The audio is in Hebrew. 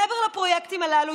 מעבר לפרויקטים הללו,